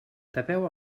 tapeu